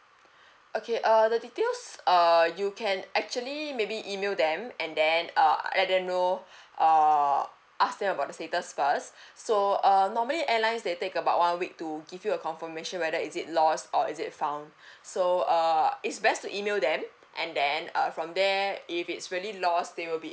okay uh the details uh you can actually maybe email them and then uh let them know uh ask them about the status first so uh normally airlines they take about one week to give you a confirmation whether is it lost or is it found so uh it's best to email them and then uh from there if it's really lost they will be